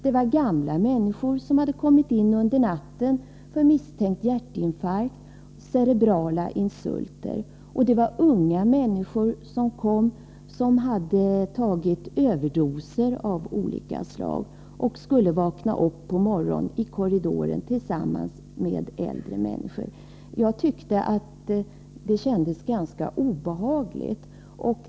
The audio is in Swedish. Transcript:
Det var gamla människor som hade kommit in under natten för misstänkt hjärtinfarkt och cerebrala insulter, och det var unga människor som hade tagit överdoser av narkotika av olika slag och som var på väg att vakna upp där de låg ute i korridoren tillsammans med dessa äldre människor. Jag tyckte att det hela kändes ganska obehagligt.